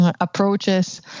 approaches